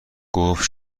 گفت